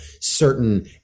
certain